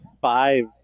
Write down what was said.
five